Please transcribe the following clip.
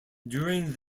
during